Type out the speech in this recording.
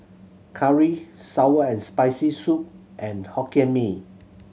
curry sour and Spicy Soup and Hokkien Mee